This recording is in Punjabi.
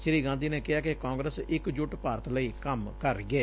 ਸ੍ਰੀ ਗਾਂਧੀ ਨੇ ਕਿਹਾ ਕਿ ਕਾਂਗਰਸ ਇਕ ਜੁੱਟ ਭਾਰਤ ਲਈ ਕੰਮ ਕਰ ਰਹੀ ਏ